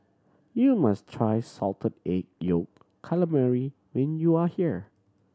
you must try Salted Egg Yolk Calamari when you are here